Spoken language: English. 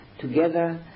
together